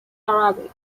arabic